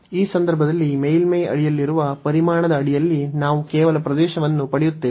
ಈ ಸಂದರ್ಭದಲ್ಲಿ ಮೇಲ್ಮೈ ಅಡಿಯಲ್ಲಿರುವ ಪರಿಮಾಣದ ಅಡಿಯಲ್ಲಿ ನಾವು ಕೇವಲ ಪ್ರದೇಶವನ್ನು ಪಡೆಯುತ್ತೇವೆ